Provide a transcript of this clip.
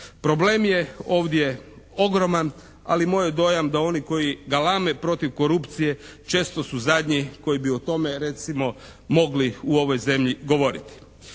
Problem je ovdje ogroman ali moj je dojam da oni koji galame protiv korupcije često su zadnji koji bi o tome recimo mogli u ovoj zemlji govoriti.